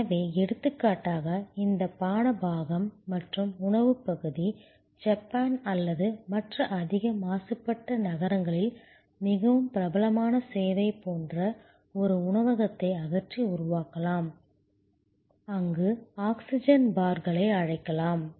எனவே எடுத்துக்காட்டாக இந்த பான பாகம் மற்றும் உணவுப் பகுதி ஜப்பான் அல்லது மற்ற அதிக மாசுபட்ட நகரங்களில் மிகவும் பிரபலமான சேவை போன்ற ஒரு உணவகத்தை அகற்றி உருவாக்கலாம் அங்கு ஆக்ஸிஜன் பார்களை அழைக்கலாம்